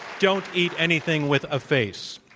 don't eat anything with a face.